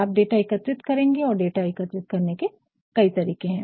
आप डाटा एकत्रित करेंगे और डाटा एकत्रित करने के कई तरीके है